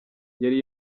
yari